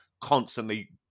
constantly